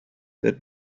that